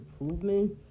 improvement